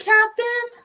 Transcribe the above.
Captain